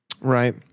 Right